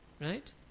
right